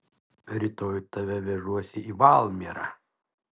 rytoj tave vežuosi į valmierą